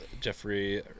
Jeffrey